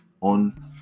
on